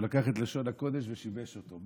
הוא לקח את לשון הקודש ושיבש אותה.